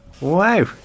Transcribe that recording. Wow